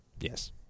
Yes